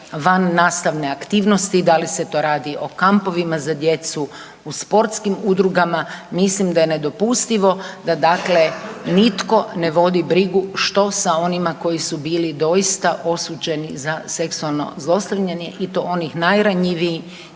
vannastavne aktivnosti da li se to radi o kampovima za djecu, u sportskim udrugama, mislim da je nedopustivo da dakle nitko ne vodi brigu što se onima koji su bili doista osuđeni za seksualno zlostavljanje i to onih najranjiviji